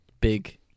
big